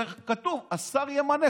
כתוב: "השר ימנה".